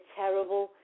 terrible